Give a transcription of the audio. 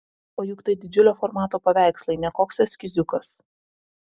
o juk tai didžiulio formato paveikslai ne koks eskiziukas